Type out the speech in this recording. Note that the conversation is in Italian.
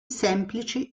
semplici